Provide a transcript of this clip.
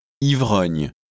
Ivrogne